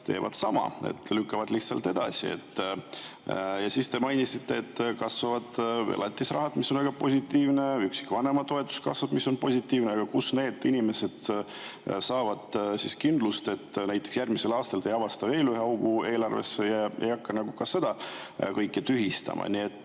teevad sama: lükkavad lihtsalt edasi. Te mainisite, et kasvavad elatisrahad, mis on väga positiivne, üksikvanema toetus kasvab, mis on positiivne. Aga kust need inimesed saavad kindlust, et näiteks järgmisel aastal te ei avasta veel ühte auku eelarves ja te ei hakka ka seda kõike tühistama? Kuidas